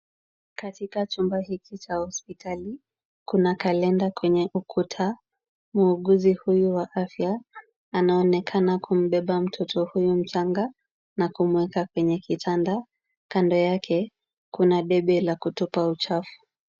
Katika chumba hiki cha hospitali, kuna kalenda kwenye ukuta. Muuguzi huyu wa afya anaonekana kumbeba mtoto huyu mchanga na kumueka kwenye kitanda. Kando yake kuna debe la kutupa uchafu.